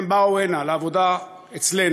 הם באו הנה, לעבודה אצלנו.